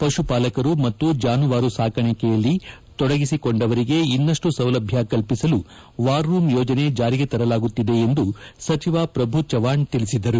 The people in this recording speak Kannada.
ಪಶುಪಾಲಕರು ಮತ್ತು ಜಾನುವಾರು ಸಾಕಾಣಿಕೆಯಲ್ಲಿ ತೊಡಗಿಸಿಕೊಂಡವರಿಗೆ ಇನ್ನಷ್ಟು ಸೌಲಭ್ಯ ಕಲ್ಪಿಸಲು ವಾರ್ ರೂಮ್ ಯೋಜನೆ ಚಾರಿಗೆ ತರಲಾಗುತ್ತಿದೆ ಎಂದು ಸಚಿವ ಪ್ರಭು ಚವ್ಹಾಣ್ ತಿಳಿಸಿದರು